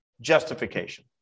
justification